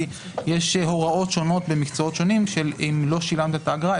כי יש הוראות שונות למקצועות שונים של אם לא שילמת את האגרה,